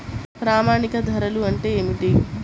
ప్రామాణిక ధరలు అంటే ఏమిటీ?